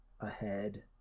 ahead